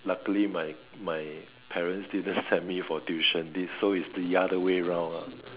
luckily my my parents didn't send me for tuition this so is the other way round lah